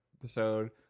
episode